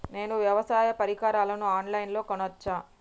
నేను వ్యవసాయ పరికరాలను ఆన్ లైన్ లో కొనచ్చా?